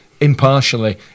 impartially